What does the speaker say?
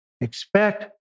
expect